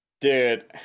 Dude